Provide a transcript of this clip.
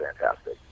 fantastic